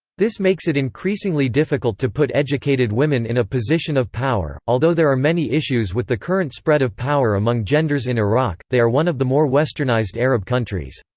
this makes it increasingly difficult to put educated women in a position of power although there are many issues with the current spread of power among genders in iraq, they are one of the more westernized arab countries.